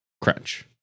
Crunch